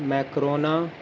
macaroni